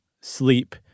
sleep